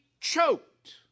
choked